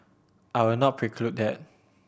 I will not preclude that